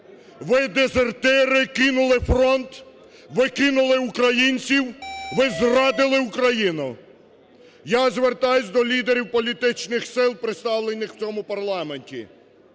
ви дезертири кинули фронт, ви кинули українців, ви зрадили Україну. Я звертаюсь до лідерів політичних сил, представлених в цьому парламенті.